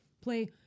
play